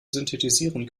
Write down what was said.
synthetisieren